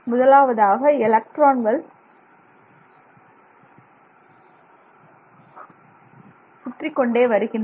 முதலாவதாக எலக்ட்ரான்கள் சுற்றிக்கொண்டே நகருகின்றன